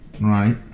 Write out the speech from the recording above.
Right